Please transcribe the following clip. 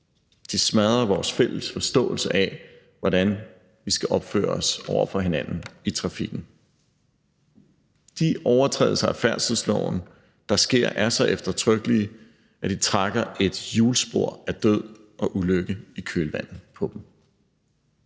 De smadrer vores fælles forståelse af, hvordan vi skal opføre os over for hinanden i trafikken. De overtrædelser af færdselsloven, der sker, er så eftertrykkelige, at de trækker et hjulspor af død og ulykke i kølvandet på dem.